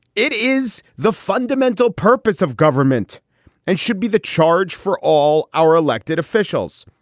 it is the fundamental purpose of government and should be the charge for all our elected officials.